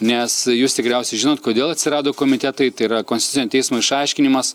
nes jūs tikriausiai žinot kodėl atsirado komitetai tai yra konstitucinio teismo išaiškinimas